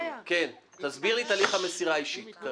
תסביר לי את הליך המסירה האישית.